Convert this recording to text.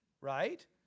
right